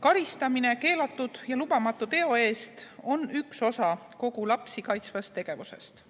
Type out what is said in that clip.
Karistamine keelatud ja lubamatu teo eest on üks osa kogu lapsi kaitsvast tegevusest.